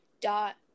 dot